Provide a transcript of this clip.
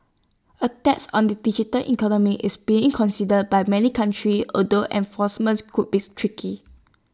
A tax on the digital economy is being considered by many countries although enforcement could be tricky